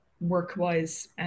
work-wise